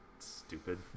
stupid